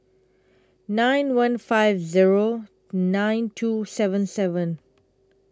nine one five Zero nine two seven seven